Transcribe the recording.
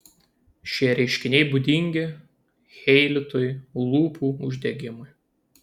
šie reiškiniai būdingi cheilitui lūpų uždegimui